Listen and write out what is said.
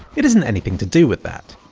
it isn't anything to do with that!